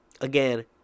again